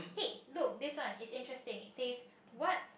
hey look this one is interesting says what